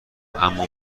اما